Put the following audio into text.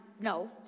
No